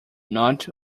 not